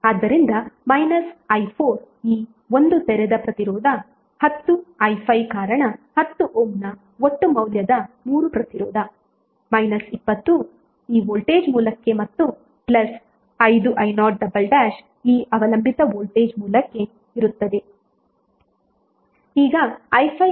ಆದ್ದರಿಂದ i4 ಈ ಒಂದು ತೆರೆದ ಪ್ರತಿರೋಧ 10i5 ಕಾರಣ 10 ಓಮ್ನ ಒಟ್ಟು ಮೌಲ್ಯದ 3 ಪ್ರತಿರೋಧ 20 ಈ ವೋಲ್ಟೇಜ್ ಮೂಲಕ್ಕೆ ಮತ್ತು5i0 ಈ ಅವಲಂಬಿತ ವೋಲ್ಟೇಜ್ ಮೂಲಕ್ಕೆ ಇರುತದೆ